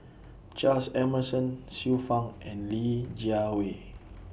Charles Emmerson Xiu Fang and Li Jiawei